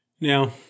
Now